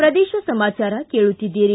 ಪ್ರದೇಶ ಸಮಾಚಾರ ಕೇಳುತ್ತೀದ್ದಿರಿ